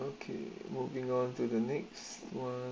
okay moving on to the next one